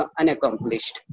unaccomplished